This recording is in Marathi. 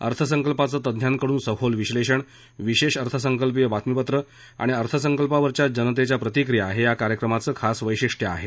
अर्थसंकल्पाचं तज्ज्ञांकडून सखोल विश्लेषण विशेष अर्थसंकल्प बातमीपत्र आणि अर्थसंकल्पावरच्या जनतेच्या प्रतिक्रिया हे या कार्यक्रमाचं खास वैशिष्टय आहे